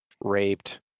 raped